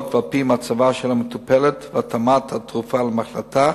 ועל-פי מצבה של המטופלת והתאמת התרופה למחלתה,